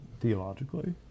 theologically